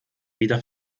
wieder